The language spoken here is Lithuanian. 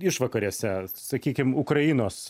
išvakarėse sakykim ukrainos